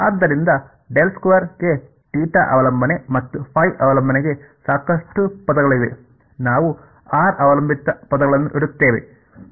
ಆದ್ದರಿಂದ ಗೆ θ ಅವಲಂಬನೆ ಮತ್ತು ɸ ಅವಲಂಬನೆಗೆ ಸಾಕಷ್ಟು ಪದಗಳಿವೆ ನಾವು ಆರ್ ಅವಲಂಬಿತ ಪದಗಳನ್ನು ಇಡುತ್ತೇವೆ ಮತ್ತು ಅದು